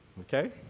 Okay